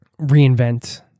reinvent